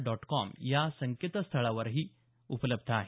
dot com या संकेतस्थळावरही उपलब्ध आहे